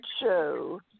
show